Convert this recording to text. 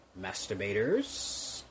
masturbators